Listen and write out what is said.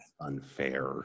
Unfair